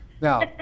now